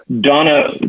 Donna